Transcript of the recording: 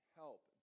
help